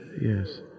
Yes